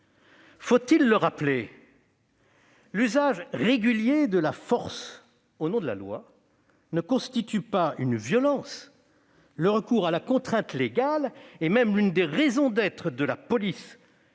Faut-il le rappeler, l'usage régulier de la force au nom de la loi ne constitue pas une violence ; le recours à la contrainte légale est même une des raisons d'être de la police